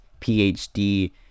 PhD